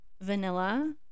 Vanilla